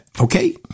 Okay